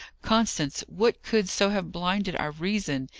constance, what could so have blinded our reason?